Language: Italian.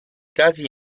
casi